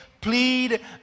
Plead